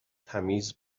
تمیز